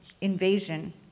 invasion